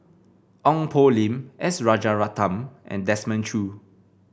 Ong Poh Lim S Rajaratnam and Desmond Choo